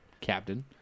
Captain